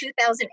2008